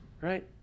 Right